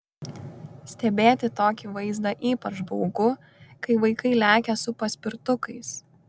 stebėti tokį vaizdą ypač baugu kai vaikai lekia su paspirtukais